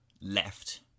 left